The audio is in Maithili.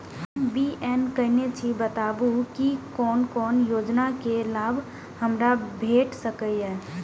हम बी.ए केनै छी बताबु की कोन कोन योजना के लाभ हमरा भेट सकै ये?